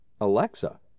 Alexa